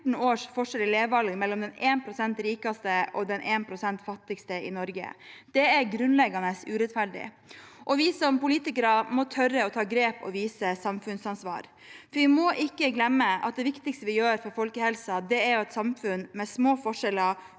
14 års forskjell i levealder mellom de 1 pst. rikeste og de 1 pst. fattigste i Norge. Det er grunnleggende urettferdig. Vi som politikere må tørre å ta grep og vise samfunnsansvar. Vi må ikke glemme at det viktigste vi kan gjøre for folkehelsen, er å ha et samfunn med små forskjeller,